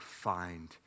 find